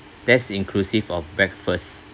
that's inclusive of breakfast